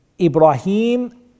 Ibrahim